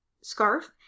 scarf